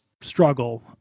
struggle